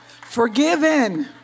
forgiven